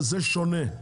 זה שונה.